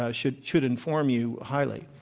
ah should should inform you highly.